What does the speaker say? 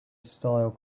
style